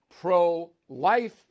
pro-life